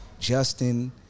Justin